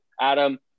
Adam